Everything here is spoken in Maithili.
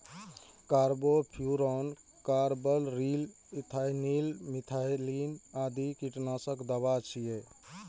कार्बोफ्यूरॉन, कार्बरिल, इथाइलिन, मिथाइलिन आदि कीटनाशक दवा छियै